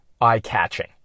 eye-catching